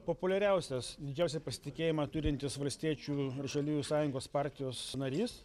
populiariausias didžiausią pasitikėjimą turintis valstiečių žaliųjų sąjungos partijos narys